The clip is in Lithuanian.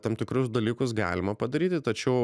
tam tikrus dalykus galima padaryti tačiau